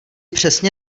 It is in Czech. přesně